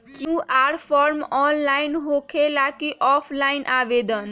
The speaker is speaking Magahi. कियु.आर फॉर्म ऑनलाइन होकेला कि ऑफ़ लाइन आवेदन?